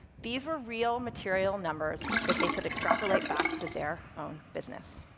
these were real material numbers that they could extrapolate back to their own business.